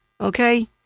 okay